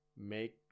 make